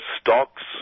stocks